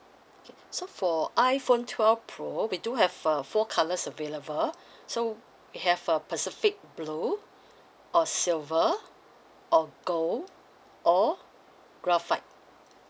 so for iphone twelve pro we do have uh four colours available so we have a pacific blue or silver or gold or graphite